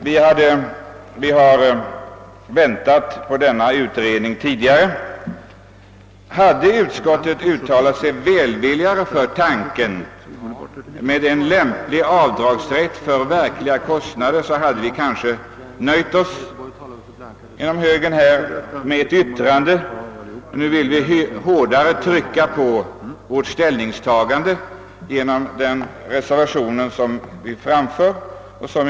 Vi har ju väntat på resultatet av den utredningen, och om utskottet hade uttalat sig välvilligare om tanken på avdragsrätt för de verkliga kostnaderna hade vi inom högern kanske nöjt oss med ett yttrande. Men nu har vi velat trycka hårdare på vårt ställningstagande och därför fogat en reservation till utskottets betänkande vid denna punkt.